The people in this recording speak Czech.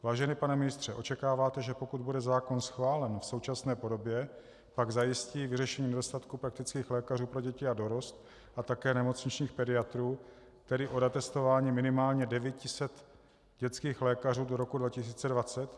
Vážený pane ministře, očekáváte, že pokud bude zákon schválen v současné podobě, pak zajistí vyřešení nedostatku praktických lékařů pro děti a dorost a také nemocničních pediatrů, tedy o retestování minimálně devíti set dětských lékařů do roku 2020?